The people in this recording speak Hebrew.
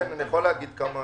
כן, אני יכול להגיד את הנתונים.